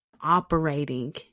operating